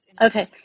Okay